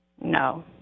No